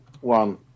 one